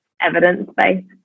evidence-based